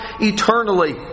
eternally